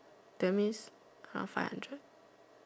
that means now five hundred